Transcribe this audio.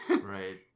right